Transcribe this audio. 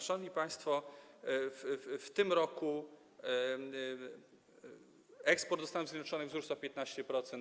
Szanowni państwo, w tym roku eksport do Stanów Zjednoczonych wzrósł o 15%.